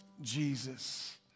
Jesus